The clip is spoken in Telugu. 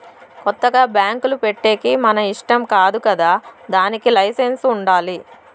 కొత్తగా బ్యాంకులు పెట్టేకి మన ఇష్టం కాదు కదా దానికి లైసెన్స్ ఉండాలి